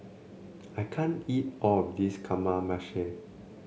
I can't eat all of this Kamameshi